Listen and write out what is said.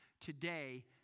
Today